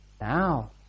Now